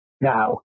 now